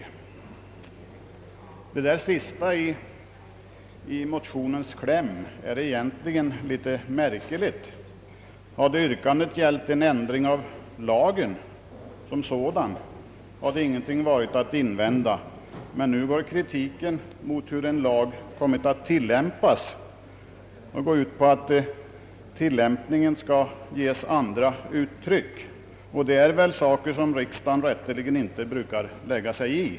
Yrkandet i motionens kläm är egentligen ganska märkligt. Hade yrkandet gällt en ändring av lagen som sådan, hade det inte funnits något att invända. Men nu har kritiken mot lagen kommit att gälla dess tillämpning där man alltså begär en ändring. Det är väl en sak som riksdagen rätteligen inte brukar lägga sig i.